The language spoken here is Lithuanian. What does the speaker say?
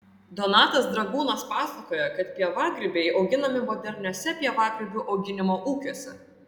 donatas dragūnas pasakoja kad pievagrybiai auginami moderniuose pievagrybių auginimo ūkiuose